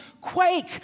quake